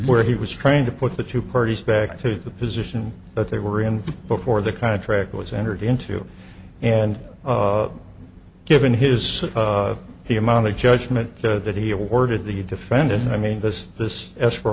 where he was trying to put the two parties back to the position that they were in before the contract was entered into and given his the amount of judgment that he awarded the defendant i mean this this